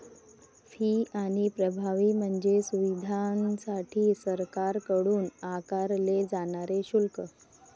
fee आणि प्रभावी म्हणजे सुविधांसाठी सरकारकडून आकारले जाणारे शुल्क